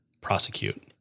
prosecute